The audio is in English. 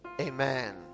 amen